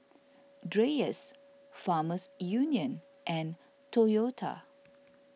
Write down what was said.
Dreyers Farmers Union and Toyota